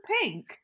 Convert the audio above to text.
pink